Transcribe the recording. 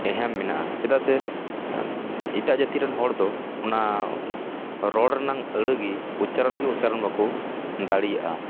ᱮᱦᱮᱢ ᱢᱮᱱᱟᱜᱼᱟ ᱪᱮᱫᱟᱜ ᱥᱮ ᱮᱴᱟᱜ ᱡᱟᱹᱛᱤ ᱨᱮᱱ ᱦᱚᱲᱫᱚ ᱚᱱᱟ ᱨᱚᱲ ᱨᱮᱱᱟᱝ ᱟᱹᱲᱟᱹ ᱜᱮ ᱩᱪᱪᱟᱨᱚᱱ ᱜᱮ ᱩᱪᱪᱟᱨᱚᱱ ᱵᱟᱠᱚ ᱫᱟᱲᱮᱭᱟᱜᱼᱟ